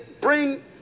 bring